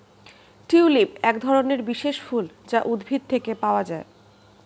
tulip একধরনের বিশেষ ফুল যা উদ্ভিদ থেকে পাওয়া যায়